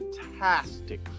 fantastic